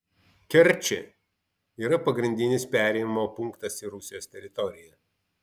kerčė yra pagrindinis perėjimo punktas į rusijos teritoriją